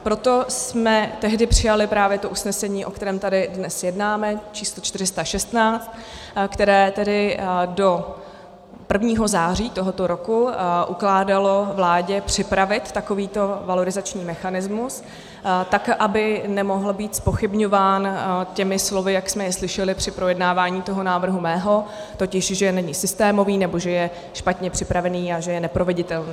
Proto jsme tedy přijali právě to usnesení, o kterém tady dnes jednáme, číslo 416, které tedy do 1. září tohoto roku ukládalo vládě připravit takovýto valorizační mechanismus tak, aby nemohl být zpochybňován těmi slovy, jak jsme je slyšeli při projednávání toho mého návrhu, totiž že není systémový nebo že je špatně připravený a že je neproveditelný.